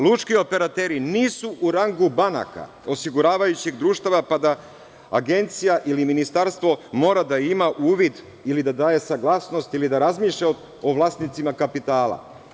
Lučki operateri nisu u rangu banaka, osiguravajućih društava, pa da agencija ili ministarstvo mora da ima uvid ili da daje saglasnost ili da razmišlja o vlasnicima kapitala.